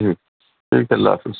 ٹھیک ٹھیک اللہ حافظ